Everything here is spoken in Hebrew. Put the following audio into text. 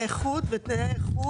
ותנאי האיכות?